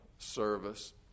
service